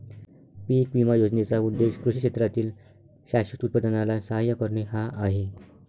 पीक विमा योजनेचा उद्देश कृषी क्षेत्रातील शाश्वत उत्पादनाला सहाय्य करणे हा आहे